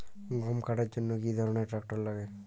গম কাটার জন্য কি ধরনের ট্রাক্টার লাগে?